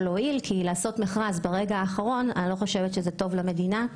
להועיל כי לעשות מכרז ברגע האחרון זה דבר שלא טוב למדינה.